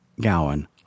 Gowan